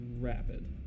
rapid